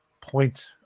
point